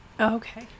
Okay